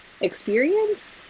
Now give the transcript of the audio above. experience